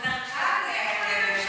את צריכה לדבר בקול.